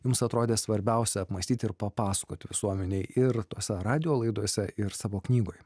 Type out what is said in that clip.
jums atrodė svarbiausia apmąstyti ir papasakoti visuomenei ir tose radijo laidose ir savo knygoje